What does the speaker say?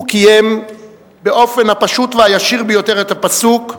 הוא קיים באופן הפשוט והישיר ביותר את הפסוק: